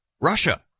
Russia